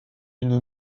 une